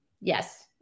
Yes